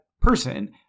person